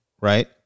right